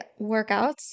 workouts